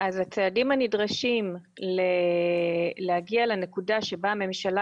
הצעדים הנדרשים בכדי להגיע לנקודה בה הממשלה